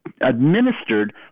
administered